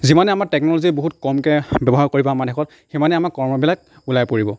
যিমানে আমাৰ টেকন'লজি বহুত কমকৈ ব্যৱহাৰ কৰিব আমাৰ দেশত সিমানে আমাৰ কৰ্মবিলাক ওলাই পৰিব